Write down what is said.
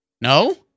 No